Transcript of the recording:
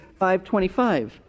5.25